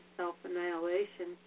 self-annihilation